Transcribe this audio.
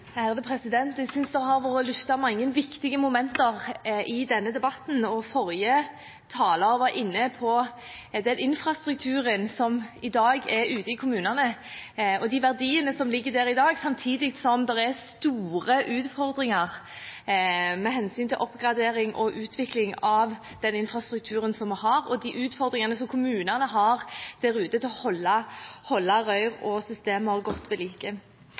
var inne på den infrastrukturen som i dag er ute i kommunene, og de verdiene som ligger der i dag, samtidig som det er store utfordringer med hensyn til oppgradering og utvikling av den infrastrukturen som vi har, og de utfordringene som kommunene har med å holde rør og systemer godt ved like. Jeg har vært så heldig at jeg nesten i åtte år har fått være styremedlem i et av de største VAR-selskapene i landet, og jeg har